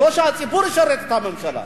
ולא שהציבור ישרת את הממשלה.